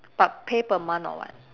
but pay per month or what